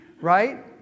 right